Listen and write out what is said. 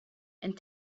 and